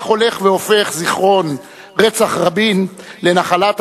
כך הולך והופך זיכרון רצח רבין לנחלת